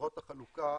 חברות החלוקה,